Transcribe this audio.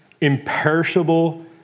imperishable